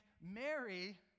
Mary